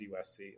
USC